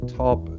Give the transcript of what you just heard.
top